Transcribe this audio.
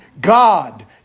God